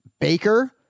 Baker